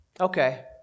okay